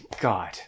god